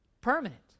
Permanent